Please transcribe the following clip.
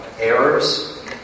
errors